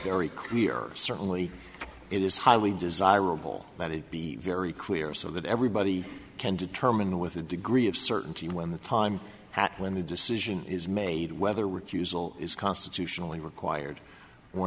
very clear certainly it is highly desirable that it be very clear so that everybody can determine with a degree of certainty when the time when the decision is made whether recusal is constitutionally required or